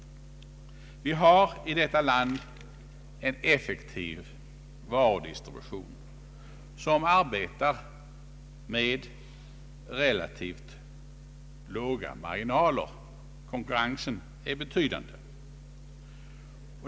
Vi har i detta land en effektiv varudistribution som arbetar med relativt låga marginaler. Konkurrensen är betydande.